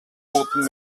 booten